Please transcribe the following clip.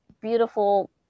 beautiful